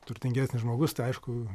turtingesnis žmogus tai aišku